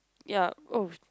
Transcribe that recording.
ya oh